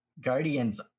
Guardians